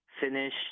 finish